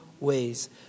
ways